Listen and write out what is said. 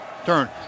Turn